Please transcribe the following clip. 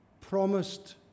promised